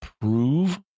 prove